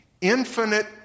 infinite